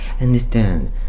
Understand